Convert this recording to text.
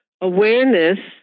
awareness